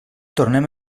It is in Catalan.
tornem